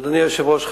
אדוני היושב-ראש,